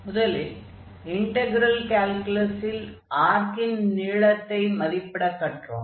முதலில் இன்டக்ரெல் கால்குலஸில் ஆர்க்கின் நீளத்தை மதிப்பிடக் கற்றோம்